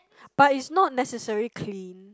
but is not necessary clean